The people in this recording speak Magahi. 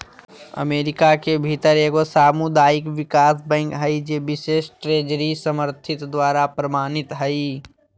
अमेरिका के भीतर एगो सामुदायिक विकास बैंक हइ जे बिशेष ट्रेजरी समर्थित द्वारा प्रमाणित हइ